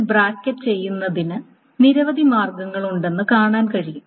ഇത് ബ്രാക്കറ്റ് ചെയ്യുന്നതിന് നിരവധി മാർഗങ്ങളുണ്ടെന്ന് കാണാൻ കഴിയും